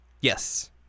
Yes